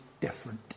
different